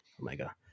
Omega